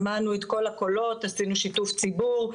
שמענו את כל הקולות, עשינו שיתוף ציבור.